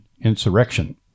insurrection